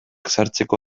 sartzeko